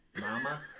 Mama